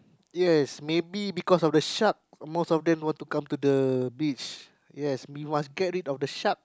yes maybe because of the sharks most of them want to come to the beach yes you must get rid of the shark